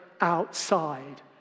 outside